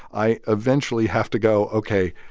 i eventually have to go, ok.